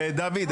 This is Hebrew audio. דוד,